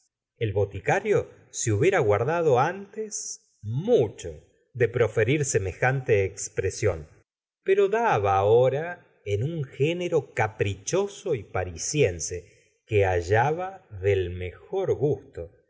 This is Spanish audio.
el boticario se hubiera guardado antes mucho de proferir semejante expresión pero daba ahora en un género caprichoso y parisiense que hallaba del mejor gusto